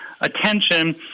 attention